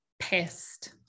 pissed